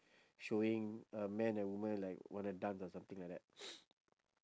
showing a man and woman like wanna dance or something like that